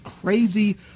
crazy